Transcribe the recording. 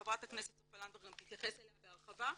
חברת הכנסת סופה לנדבר תתייחס אליה בהרחבה ,